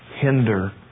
hinder